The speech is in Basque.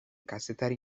kazetari